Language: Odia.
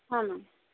ହଁ ମ୍ୟାମ୍